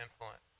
influence